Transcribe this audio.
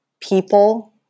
people